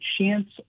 chance